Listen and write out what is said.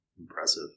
Impressive